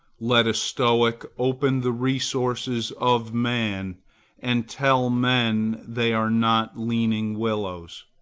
let a stoic open the resources of man and tell men they are not leaning willows,